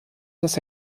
dass